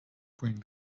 bring